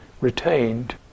retained